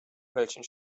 welchen